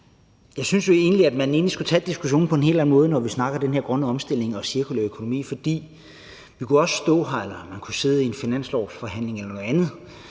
Jeg synes egentlig, at man skulle tage diskussionen på en helt anden måde, når vi snakker den her grønne omstilling og cirkulære økonomi, for man kunne også stå her eller sidde i en finanslovsforhandling eller noget andet,